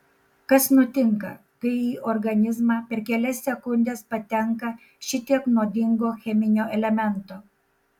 kas nutinka kai į organizmą per kelias sekundes patenka šitiek nuodingo cheminio elemento